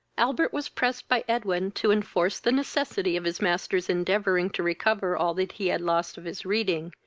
albert was pressed by edwin to enforce the necessity of his master's endeavouring to recover all that he had lost of his reading,